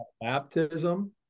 baptism